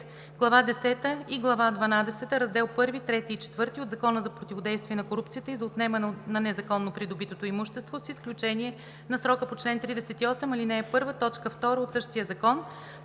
глава дванадесета, раздел I, II и IV от Закона за противодействие на корупцията и за отнемане на незаконно придобитото имущество, с изключение на срока по чл. 38, ал. 1, т. 2 от същия закон;